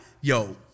Yo